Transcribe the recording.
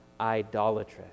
idolatrous